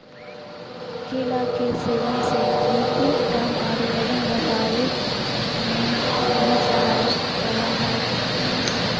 केला के सेवन से बी.पी कम आरो वजन घटावे में भी सहायक होबा हइ